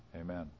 Amen